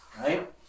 Right